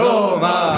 Roma